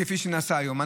כפי שנעשה היום.